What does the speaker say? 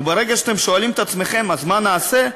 וברגע שאתם שואלים את עצמכם: אז מה נעשה,